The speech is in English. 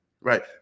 Right